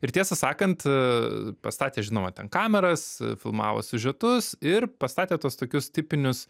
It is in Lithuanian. ir tiesą sakant pastatė žinoma ten kameras filmavo siužetus ir pastatė tuos tokius tipinius